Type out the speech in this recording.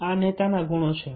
આ નેતાના ગુણો છે